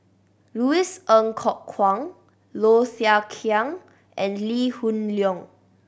Louis Ng Kok Kwang Low Thia Khiang and Lee Hoon Leong